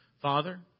Father